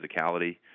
physicality